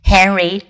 Henry